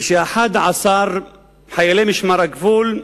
כש-11 חיילי משמר הגבול,